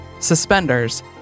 suspenders